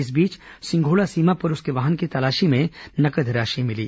इस बीच सिंघोड़ा सीमा पर उनके वाहन की तलाशी में नगद राशि मिली